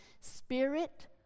spirit